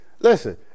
listen